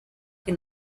que